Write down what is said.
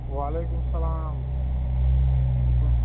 وعلیکُم سلام